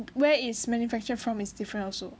where is manufactured from is different also